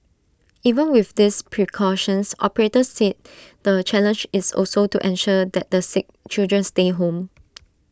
even with these precautions operators said the challenge is also to ensure that the sick children stay home